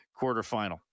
quarterfinal